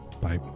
Bye